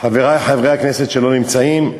חברי חברי הכנסת שלא נמצאים,